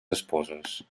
esposes